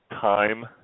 time